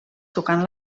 tocant